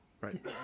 Right